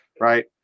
Right